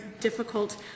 difficult